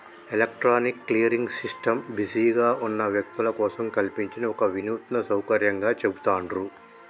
electronic clearing system బిజీగా ఉన్న వ్యక్తుల కోసం కల్పించిన ఒక వినూత్న సౌకర్యంగా చెబుతాండ్రు